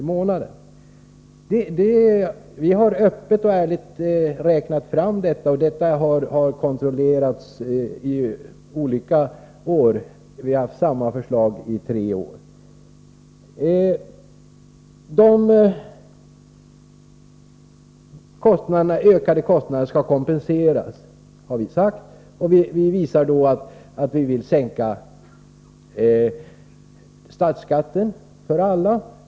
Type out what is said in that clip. i månaden för en normal lägenhet. Vi har öppet och ärligt räknat fram det, och detta har kontrollerats i några år. Vi har nämligen lagt fram samma förslag under tre års tid. Vi har sagt att man skall få kompensation för de ökade kostnaderna. Vi vill sänka statsskatten för alla.